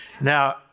Now